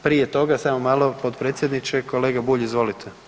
Prije toga, samo malo potpredsjedniče, kolega Bulj, izvolite.